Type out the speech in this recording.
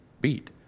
beat